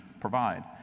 provide